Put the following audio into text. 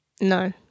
no